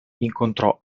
incontrò